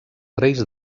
reis